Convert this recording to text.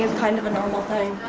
and kind of a normal thing.